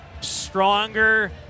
Stronger